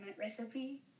recipe